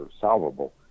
solvable